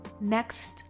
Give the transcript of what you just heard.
next